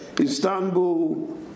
Istanbul